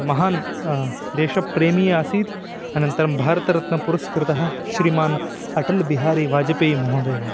महान् देशप्रेमी आसीत् अनन्तरं भारतरत्नपुरस्कृतः श्रीमान् अटल्बिहारिवाजपेयीमहोदयः